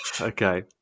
okay